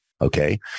okay